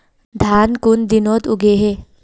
धान कुन दिनोत उगैहे